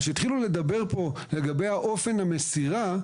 כשהתחילו לדבר פה לגבי אופן המסירה,